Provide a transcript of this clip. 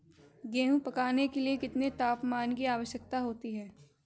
गेहूँ पकने के लिए कितने तापमान की आवश्यकता होती है?